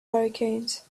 hurricanes